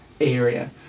area